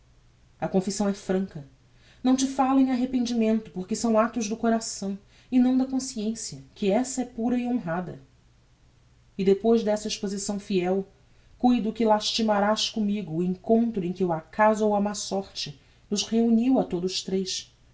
a confissão é franca não te falo em arrependimento porque são actos do coração e não da consciência que essa é pura e honrada e depois desta exposição fiel cuido que lastimarás commigo o encontro em que o acaso ou a má sorte nos reuniu a todos tres